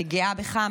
אני גאה בך.